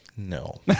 No